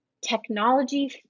technology